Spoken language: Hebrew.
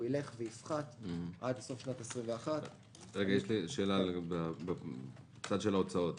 הוא ילך ויפחת עד סוף שנת 21. יש לי שאלה לגבי צד ההוצאות.